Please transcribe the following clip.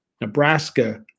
Nebraska-